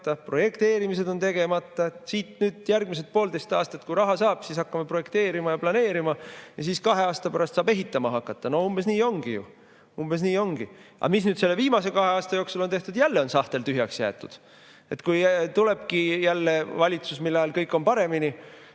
projekteerimised on tegemata. Kui raha saab, siis järgmise pooleteise aasta jooksul hakkame projekteerima ja planeerima, ja siis kahe aasta pärast saab hakata ehitama. No umbes nii ongi ju. Umbes nii ongi! Aga mis nüüd selle viimase kahe aasta jooksul on tehtud? Jälle on sahtel tühjaks jäetud. Kui tulebki jälle valitsus, mille ajal kõik on paremini,